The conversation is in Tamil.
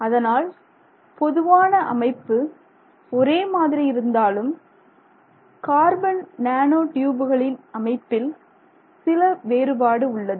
அதனால் பொதுவான அமைப்பு ஒரே மாதிரி இருந்தாலும் கார்பன் நானோ டியூபுகளின் அமைப்பில் சில வேறுபாடு உள்ளது